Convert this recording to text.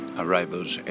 arrivals